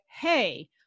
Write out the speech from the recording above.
hey